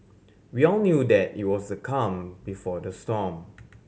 we all knew that it was the calm before the storm